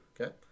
Okay